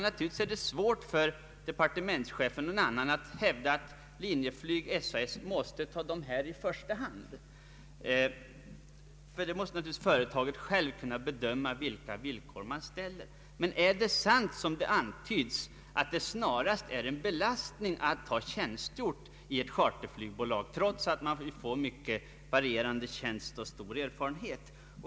Naturligtvis är det svårt för departementschefen eller någon annan att hävda att Linjeflyg/SAS måste anställa dessa piloter i första hand, ty företagen måste givetvis själva kunna bedöma vilka villkor som man skall ställa. Men är det sant, som det antyds, att det snarast är en belastning att ha tjänstgjort i ett charterflygbolag, trots att tjänsten där är mycket varierande och vederbörande får stor erfarenhet?